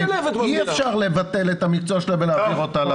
אי אפשר לבטל את המקצוע שלה ולהעביר אותה.